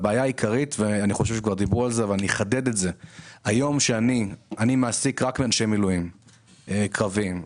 אני מעסיק היום רק אנשי מילואים קרביים.